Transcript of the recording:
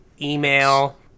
email